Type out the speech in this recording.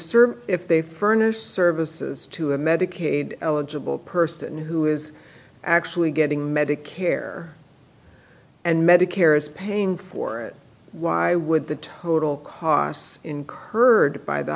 serve or if they furnish services to a medicaid eligible person who is actually getting medicare and medicare is paying for it why would the total costs incurred by the